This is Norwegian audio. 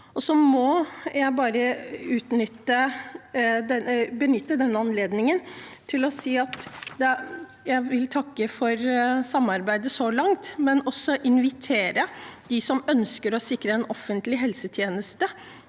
Jeg må bare benytte denne anledningen til å si at jeg vil takke for samarbeidet så langt, men også invitere dem som ønsker å sikre en offentlig helsetjeneste,